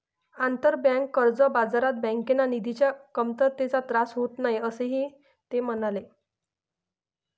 आंतरबँक कर्ज बाजारात बँकांना निधीच्या कमतरतेचा त्रास होत नाही, असेही ते म्हणाले